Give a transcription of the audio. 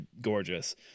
gorgeous